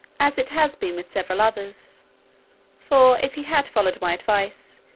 as it has been with several others for if he had followed my advice,